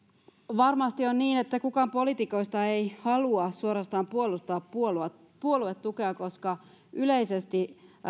varmasti on niin että kukaan poliitikoista ei halua suorastaan puolustaa puoluetukea koska yleisesti